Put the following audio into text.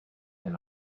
and